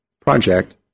project